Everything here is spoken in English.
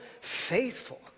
faithful